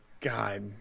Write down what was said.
God